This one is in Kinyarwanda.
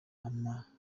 amashuri